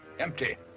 empty.